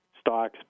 stocks